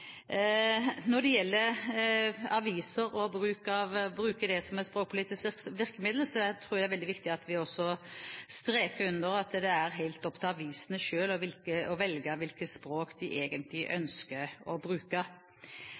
Når det gjelder aviser og å bruke dem som språkpolitisk virkemiddel, tror jeg det er veldig viktig at vi også understreker at det er helt opp til avisene selv å velge hvilket språk de egentlig ønsker å bruke.